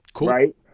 right